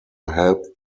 help